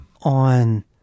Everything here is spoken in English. on